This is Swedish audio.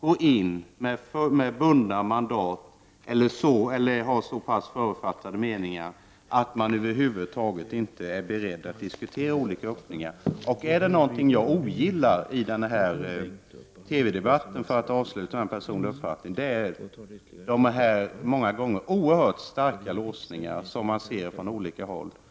gå in med bundna mandat eller ha så förutfattade meningar att man över huvud taget inte är beredd att diskutera olika öppningar. Är det någonting som jag ogillar i den här TV-debatten, för att nu avsluta med en personlig uppfattning, är det de många gånger oerhört starka låsningarna på olika håll.